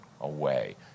away